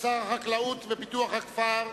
שר החקלאות ופיתוח הכפר,